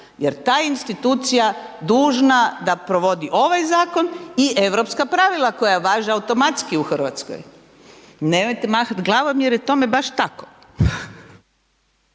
je ta institucija dužna da provodi ovaj zakon i europska pravila koja važe automatski u Hrvatskoj. Nemojte mahat glavom jer je tome baš tako.